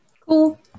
cool